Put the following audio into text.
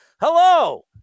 Hello